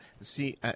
see